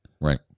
right